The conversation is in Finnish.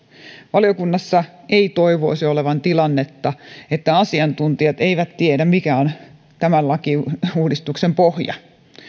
valiokunnassa ei toivoisi olevan tilannetta että asiantuntijat eivät tiedä mikä on lakiuudistuksen pohja